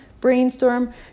brainstorm